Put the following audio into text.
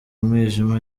umwijima